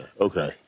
Okay